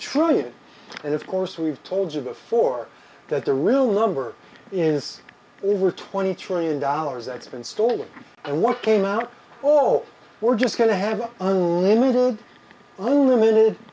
trillion and of course we've told you before that the real number in this over twenty trillion dollars that's been stolen and what came out oh we're just going to have unlimited unlimited